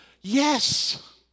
yes